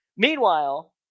Meanwhile